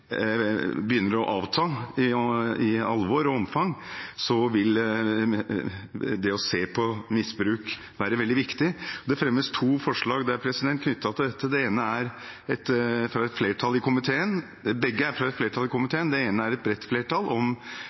begynner å avta i alvor og omfang, vil det være veldig viktig å se på misbruk. Det fremmes to forslag, begge av et flertall i komiteen. Det ene har et bredt flertall og omhandler deling av relevant registerinformasjon, begrunnet bl.a. i behovet for å se på hvordan permitteringsordningene fungerer. Det andre er et